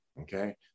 okay